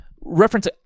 reference